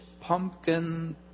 pumpkin